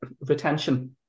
retention